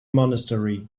monastery